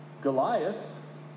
Goliath